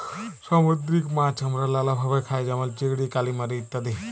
সামুদ্দিরিক মাছ আমরা লালাভাবে খাই যেমল চিংড়ি, কালিমারি ইত্যাদি